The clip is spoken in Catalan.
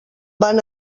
van